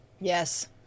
Yes